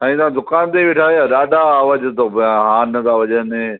अंञा तव्हां दुकानु ते ही वेठा आहियो छा ॾाढा आवाज़ थो कयां हॉर्न था वजनि